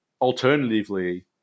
alternatively